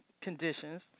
conditions